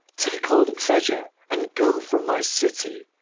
take all the treasure and go from my city.